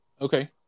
okay